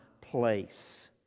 place